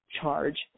charge